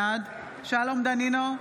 בעד שלום דנינו,